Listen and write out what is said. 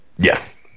Yes